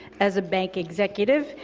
as a bank executive,